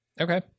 Okay